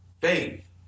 faith